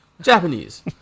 Japanese